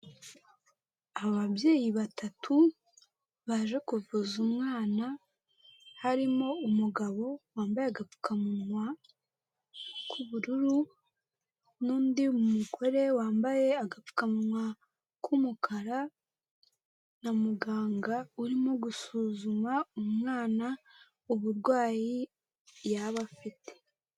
Ababyeyi batatu baje kuvuza umwana, harimo umugabo wambaye agapfukamunwa k'ubururu, n'undi mugore wambaye agapfukawa k'umukara, na muganga urimo gusuzuma umwana uburwayi yaba afite.